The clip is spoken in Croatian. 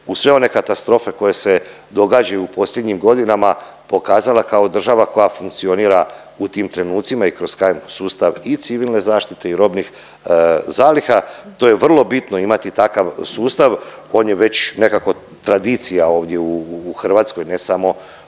uz sve one katastrofe koje se događaju u posljednjim godinama pokazala kao država koja funkcionira u tim trenucima i kroz … sustav i civilne zaštite i robnih zaliha. To je vrlo bitno imati takav sustav, on je već nekako tradicija ovdje u Hrvatskoj ne samo u ovih